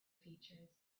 features